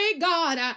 God